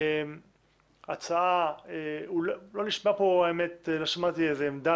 לא שמעתי איזה עמדה,